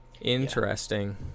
Interesting